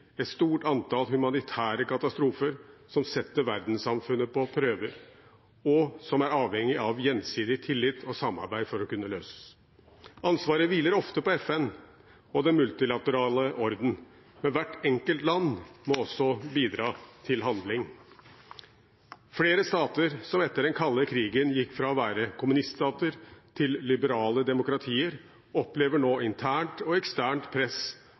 et stort antall humanitære katastrofer som setter verdenssamfunnet på prøve, og som er avhengig av gjensidig tillit og samarbeid for å kunne løses. Ansvaret hviler ofte på FN og den multilaterale orden, men hvert enkelt land må også bidra til handling. Flere stater som etter den kalde krigen gikk fra å være kommuniststater til liberale demokratier, opplever nå internt og eksternt press